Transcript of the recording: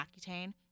Accutane